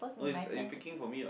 no is are you picking for me what